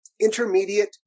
intermediate